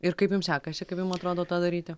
ir kaip jums sekasi kaip jum atrodo tą daryti